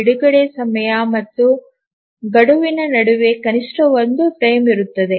ಬಿಡುಗಡೆಯ ಸಮಯ ಮತ್ತು ಗಡುವಿನ ನಡುವೆ ಕನಿಷ್ಠ ಒಂದು ಫ್ರೇಮ್ ಇರಬೇಕು